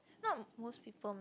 not most people